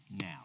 now